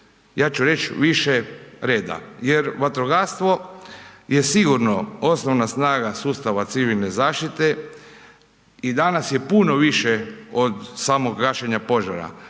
ja ću reći više reda jer vatrogastvo je sigurno osnovna snaga sustava civilne zaštite. I danas je puno više od samog gašenja požara.